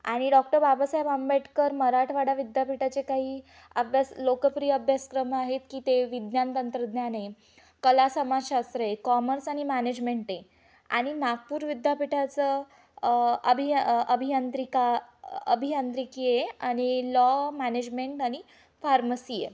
आणि डॉक्टर बाबासाहेब आंबेडकर मराठवाडा विद्यापीठाचे काही अभ्यास लोकप्रिय अभ्यासक्रम आहेत की ते विज्ञान तंत्रज्ञान आहे कला समाजशास्त्र आहे कॉमर्स आणि मॅनेजमेंट आहे आणि नागपूर विद्यापीठाचं अभिय अभियंत्रिका अभियांत्रिकी आहे आणि लॉ मॅनेजमेंट आणि फार्मसी आहे